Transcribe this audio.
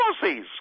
policies